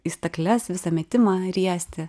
į stakles visą metimą riesti